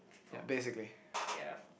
ya basically